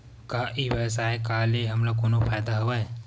का ई व्यवसाय का ले हमला कोनो फ़ायदा हवय?